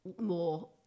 more